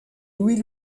louis